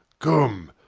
come!